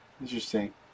Interesting